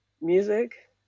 music